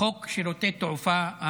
חוק שירותי תעופה,